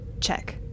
Check